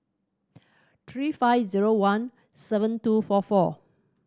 three five zero one seven two four four